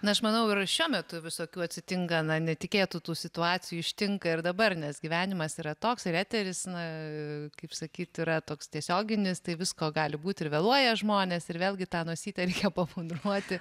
na aš manau ir šiuo metu visokių atsitinka na netikėtų situacijų ištinka ir dabar nes gyvenimas yra toks ir eteris na kaip sakyt yra toks tiesioginis tai visko gali būti ir vėluoja žmonės ir vėl gi tą nosytę reikia papudruoti